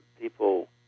people